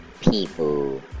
people